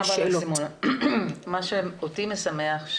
מה שאותי משמח,